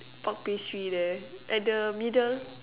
pork pastry there at the middle